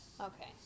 Okay